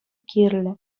кирлӗ